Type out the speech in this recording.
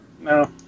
No